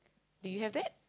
do you have that